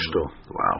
Wow